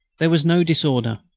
there was no disorder,